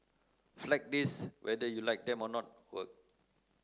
Flag Days whether you like them or not work